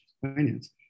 finance